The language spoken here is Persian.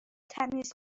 تمیز